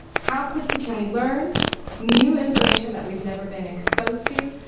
how quickly can we learn new information that we've never been exposed to?